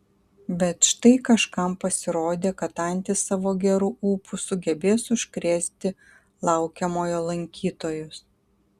bet štai kažkam pasirodė kad antys savo geru ūpu sugebės užkrėsti laukiamojo lankytojus